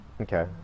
Okay